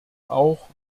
auch